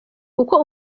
kuko